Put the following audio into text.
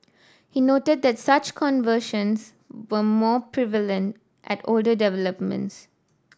he noted that such conversions were more prevalent at older developments